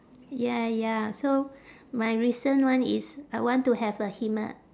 ya ya so my recent one is I want to have a hima~